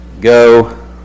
go